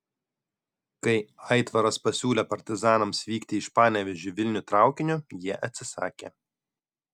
kai aitvaras pasiūlė partizanams vykti iš panevėžio į vilnių traukiniu jie atsisakė